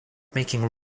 making